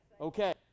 okay